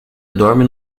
dorme